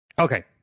Okay